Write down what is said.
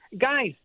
guys